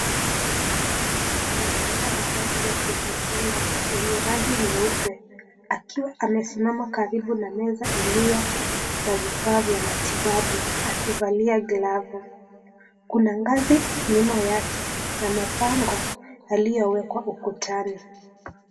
Mtu amevalia mavazi ya kujikinga yenye rangi nyeupe akiwa amesimama karibu na meza iliyo na vifaa vya matibabu akivalia glovu . Kuna ngazi nyuma yake na mabango iliyowekwa ukutani.